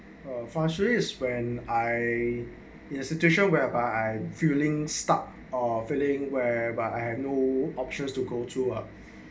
for sure is when I in a situation whereby I'm feeling stuck or feeling where by I had no options to go through ah